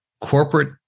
corporate